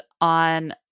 on